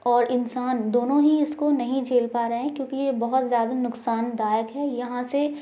और इंसान दोनों ही इसको नहीं झेल पा रहे हैं क्योंकि ये बहुत ज्यादा नुकसानदायक है यहाँ से